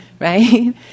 right